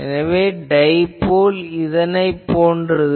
எனவே டைபோல் இதைப் போன்றது